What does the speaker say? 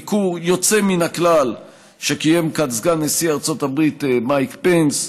ביקור יוצא מן הכלל קיים כאן סגן נשיא ארצות הברית מייק פנס,